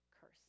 curse